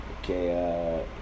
okay